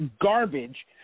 garbage